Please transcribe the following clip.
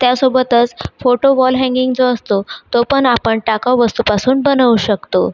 त्यासोबतच photo wall hanging जो असतो तो पण आपण टाकाऊ वस्तूपासून बनवू शकतो